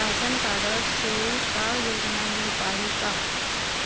Ration card से का योजना मिल पाही का?